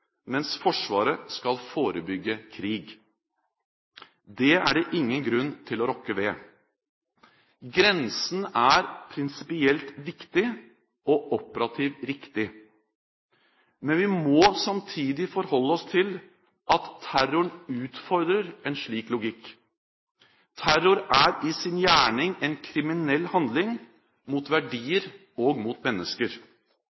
mens Forsvaret skal forebygge krig. Det er det ingen grunn til å rokke ved. Grensen er prinsipielt viktig og operativt riktig. Vi må samtidig forholde oss til at terroren utfordrer en slik logikk. Terror er i sin gjerning en kriminell handling mot